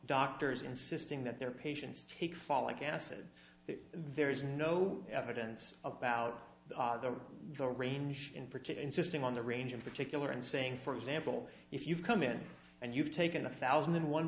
doctors insisting that their patients take folic acid if there is no evidence about the the range in for to insisting on the range in particular and saying for example if you've come in and you've taken one thousand and one